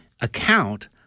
account